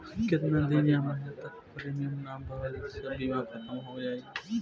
केतना दिन या महीना तक प्रीमियम ना भरला से बीमा ख़तम हो जायी?